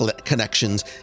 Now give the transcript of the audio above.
connections